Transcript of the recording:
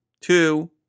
two